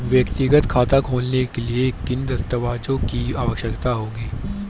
व्यक्तिगत खाता खोलने के लिए किन किन दस्तावेज़ों की आवश्यकता होगी?